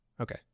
Okay